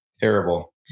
Terrible